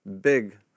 big